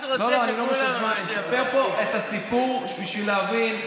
אני מספר את הסיפור בשביל שיבינו.